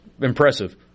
impressive